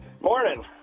Morning